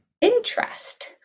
interest